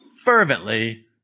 fervently